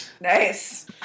nice